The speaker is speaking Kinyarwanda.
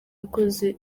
yakoze